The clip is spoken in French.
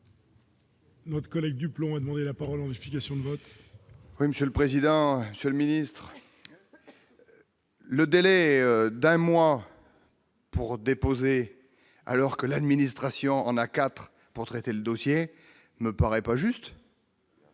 Notre collègue du plomb, a demandé la parole en explications de vote. Oui, monsieur le président, Monsieur le Ministre, le délai d'un mois. Pour déposer, alors que l'administration en A4 pour traiter le dossier me paraît pas juste.